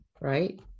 right